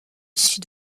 sud